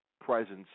presence